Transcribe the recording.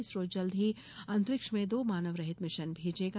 इसरो जल्दी ही अंतरिक्ष में दो मानवरहित मिशन भेजेगा